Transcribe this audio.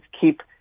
keep